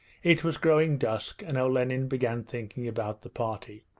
it was growing dusk and olenin began thinking about the party.